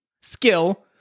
skill